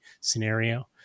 scenario